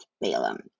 Balaam